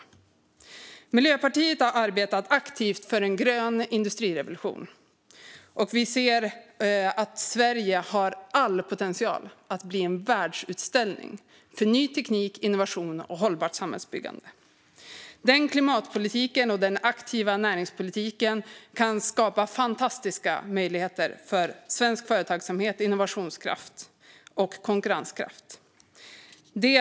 Vi i Miljöpartiet har arbetat aktivt för en grön industrirevolution, och vi ser att Sverige har all potential att bli en världsutställning för ny teknik, innovation och hållbart samhällsbyggande. Den klimatpolitiken och den aktiva näringspolitiken kan skapa fantastiska möjligheter för svensk företagsamhet, innovationskraft och konkurrenskraft.